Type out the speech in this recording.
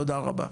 תודה רבה.